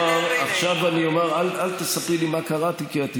ואילו אני קראתי את "המרד"